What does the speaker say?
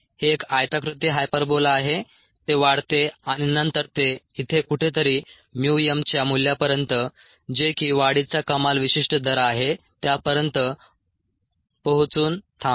हे एक आयताकृती हायपरबोला आहे ते वाढते आणि नंतर ते इथे कुठेतरी mu m च्या मूल्यापर्यंत जे की वाढीचा कमाल विशिष्ट दर आहे त्यापर्यंत पोहचून थांबते